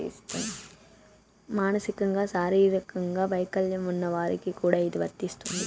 మానసికంగా శారీరకంగా వైకల్యం ఉన్న వారికి కూడా ఇది వర్తిస్తుంది